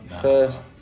First